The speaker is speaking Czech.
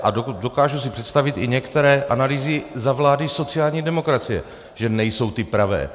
A dokážu si představit i některé analýzy za vlády sociální demokracie, že nejsou ty pravé.